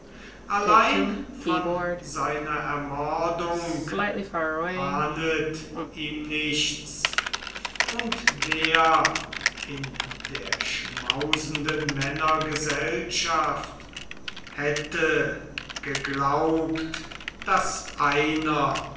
allein von seiner ermordung ahndet ihm nichts und wer in der schmausenden männer gesellschaft hätte geglaubt daß einer